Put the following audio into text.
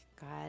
God